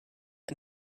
ein